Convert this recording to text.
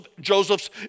Joseph's